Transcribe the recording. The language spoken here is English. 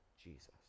Jesus